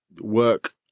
work